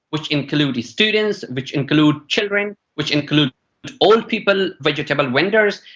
which include students, which include children, which include old people, vegetable vendors.